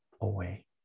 away